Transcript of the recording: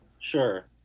Sure